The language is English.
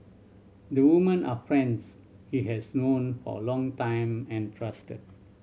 the women are friends he has known for a long time and trusted